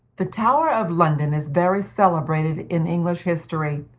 the tower of london is very celebrated in english history.